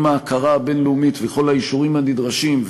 עם ההכרה הבין-לאומית וכל האישורים הנדרשים,